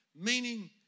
Meaning